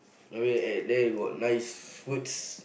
maybe at there you got nice foods